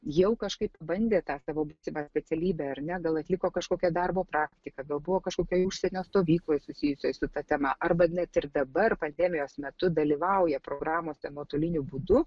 jau kažkaip bandė tą savo būsimą specialybę ar ne gal atliko kažkokią darbo praktiką gal buvo kažkokioj užsienio stovykloj susijusioj su ta tema arba net ir dabar pandemijos metu dalyvauja programose nuotoliniu būdu